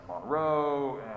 monroe